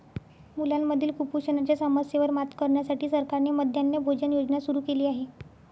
मुलांमधील कुपोषणाच्या समस्येवर मात करण्यासाठी सरकारने मध्यान्ह भोजन योजना सुरू केली आहे